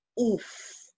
oof